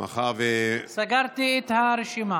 סגרתי את הרשימה.